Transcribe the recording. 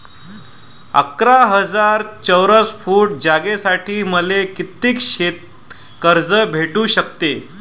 अकरा हजार चौरस फुट जागेसाठी मले कितीक कर्ज भेटू शकते?